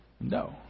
No